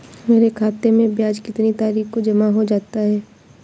मेरे खाते में ब्याज कितनी तारीख को जमा हो जाता है?